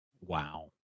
Wow